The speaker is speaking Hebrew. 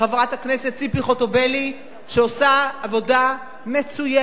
חברת הכנסת ציפי חוטובלי, שעושה עבודה מצוינת,